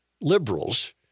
liberals